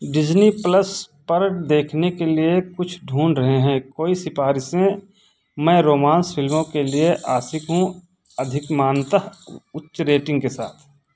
Disney plus पर देखने के लिए कुछ ढूँढ रहे हैं कोई सिफ़ारिशें मैं रोमान्स फ़िल्मों के लिए आशिक़ हूँ अधिमानतः उच्च रेटिन्ग के साथ